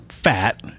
fat